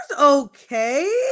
okay